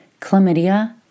chlamydia